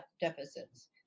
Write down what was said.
deficits